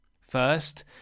First